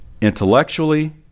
Intellectually